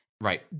Right